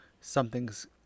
Something's